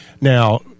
Now